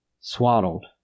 swaddled